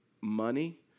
money